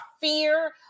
fear